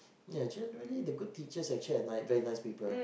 ya generally the good teacher are very nice people